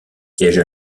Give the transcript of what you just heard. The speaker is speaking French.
siège